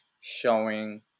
showing